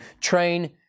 train